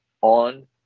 on